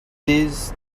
this